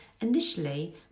initially